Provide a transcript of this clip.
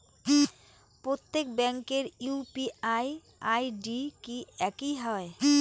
প্রত্যেক ব্যাংকের UPI ID কি একই হয়?